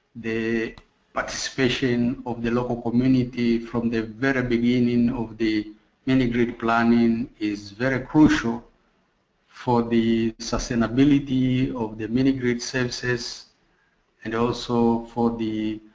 the participation of the local community from the very beginning of the mini grid planning is very crucial for the sustainability of the mini grid services and also for the